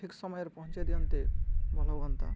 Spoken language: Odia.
ଠିକ୍ ସମୟରେ ପହଞ୍ଚାଇ ଦିଅନ୍ତେ ଭଲ ହୁଅନ୍ତା